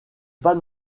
pas